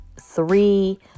three